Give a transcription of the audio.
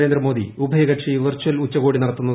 നരേന്ദ്രമോദി ഉഭയകക്ഷി വിർച്ചൽ ഉച്ചകോടി നടത്തുന്നത്